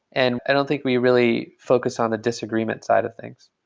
and i don't think we really focus on the disagreement side of things.